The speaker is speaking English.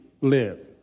live